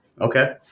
Okay